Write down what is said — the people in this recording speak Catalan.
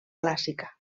clàssica